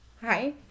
Hi